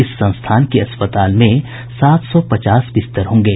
इस संस्थान के अस्पताल में सात सौ पचास बिस्तर होंगे